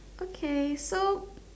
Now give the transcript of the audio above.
okay so